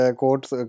quotes